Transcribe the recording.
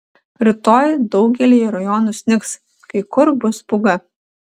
rytoj daugelyje rajonų snigs kai kur bus pūga